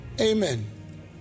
Amen